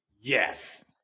Yes